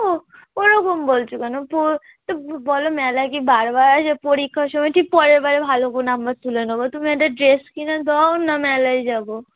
উফ ওরকম বলছ কেন তা বলো মেলা কি বারবার আসবে পরীক্ষার সময় ঠিক পরের বারে ভালো নম্বর তুলে নেব তুমি একটা ড্রেস কিনে দাও না মেলায় যাব